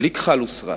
בלי כחל ושרק,